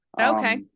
Okay